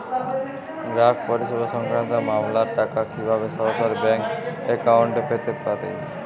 গ্রাহক পরিষেবা সংক্রান্ত মামলার টাকা কীভাবে সরাসরি ব্যাংক অ্যাকাউন্টে পেতে পারি?